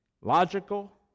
logical